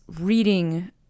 reading